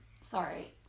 sorry